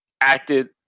acted